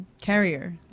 carrier